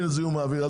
כשאין זיהום אוויר.